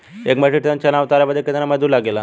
एक metric tonne चना उतारे बदे कितना मजदूरी लगे ला?